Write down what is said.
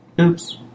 Oops